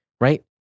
right